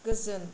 गोजोन